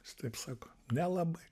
jis taip sako nelabai